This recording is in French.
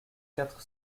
quatre